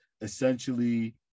essentially